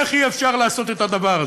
איך אי-אפשר לעשות את הדבר הזה,